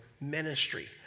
ministry